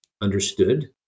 understood